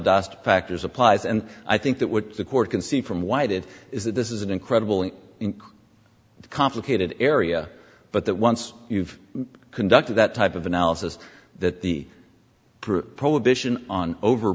dust factors applies and i think that would the court can see from white it is that this is an incredible and in complicated area but that once you've conducted that type of analysis that the prohibition on over